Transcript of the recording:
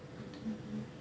I don't know